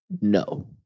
No